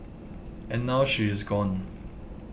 and now she is gone